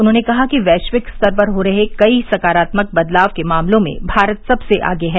उन्होंने कहा कि वैश्विक स्तर पर हो रहे कई सकारात्मक बदलाव के मामलों में भारत सबसे आगे है